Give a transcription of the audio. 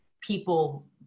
people